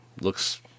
looks